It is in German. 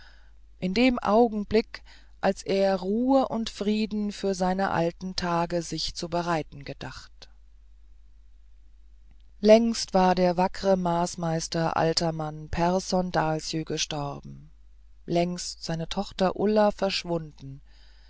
in dem augenblick als er ruhe und frieden für seine alten tage sich zu bereiten gedacht längst war der wackre masmeister altermann pehrson dahlsjö gestorben längst seine tochter ulla verschwunden